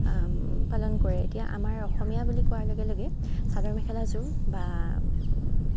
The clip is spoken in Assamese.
পালন কৰে এতিয়া আমাৰ অসমীয়া বুলি কোৱাৰ লগে লগেই চাদৰ মেখেলাযোৰ বা